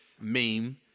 meme